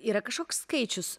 yra kažkoks skaičius